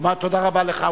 תודה רבה לך.